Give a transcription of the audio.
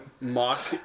mock